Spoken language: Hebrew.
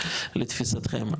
לתפיסתכם,